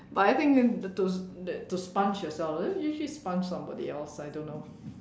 but I think in to that to sponge yourself very easy to sponge somebody else I don't know